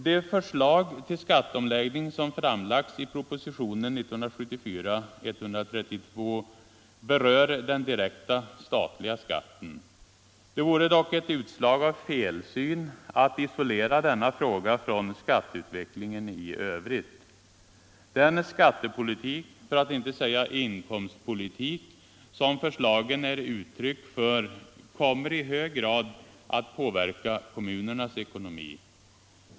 De förslag till skatteomläggning som framlagts i propositionen 1974:132 berör den direkta statliga skatten. Det vore dock ett utslag av felsyn att isolera denna fråga från skatteutvecklingen i övrigt. Den skattepolitik —- för att inte säga inkomstpolitik — som förslagen är uttryck för kommer i hög grad att påverka kommunernas ekonomi.